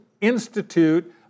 institute